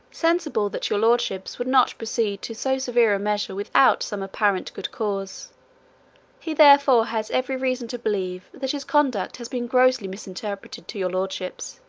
sensible that your lordships would not proceed to so severe a measure without some apparent good cause he therefore has every reason to believe that his conduct has been grossly misrepresented to your lordships